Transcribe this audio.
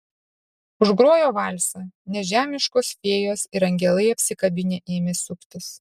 užgrojo valsą nežemiškos fėjos ir angelai apsikabinę ėmė suktis